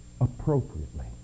appropriately